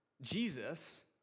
Jesus